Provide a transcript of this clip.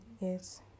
Yes